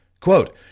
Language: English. quote